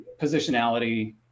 Positionality